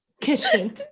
kitchen